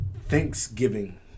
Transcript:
thanksgiving